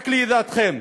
רק לידיעתכם,